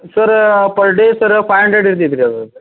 sir per day ಸರ five hundred ಇರ್ತೈತೆ ರೀ